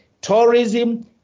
Tourism